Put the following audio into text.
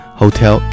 Hotel